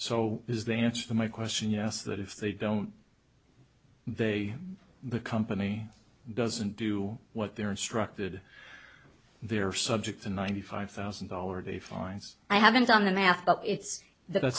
so is the answer to my question yes that if they don't they the company doesn't do what they're instructed they're subject to ninety five thousand dollars the fines i haven't on the math but it's the